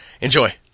Enjoy